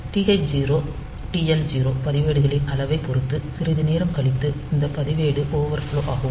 TH0 TL0 பதிவேடுகளின் அளவைப் பொறுத்து சிறிது நேரம் கழித்து இந்த பதிவேடு ஓவர்ஃப்லோ ஆகும்